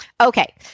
Okay